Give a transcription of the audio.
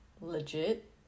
legit